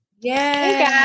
yay